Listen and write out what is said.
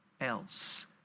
else